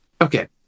okay